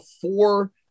four